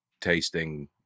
tasting